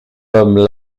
homme